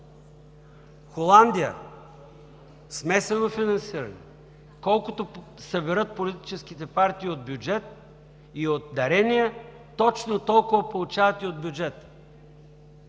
Холандия – смесено финансиране. Колкото съберат политическите партии от бюджет и от дарения, точно толкова получават и от бюджета.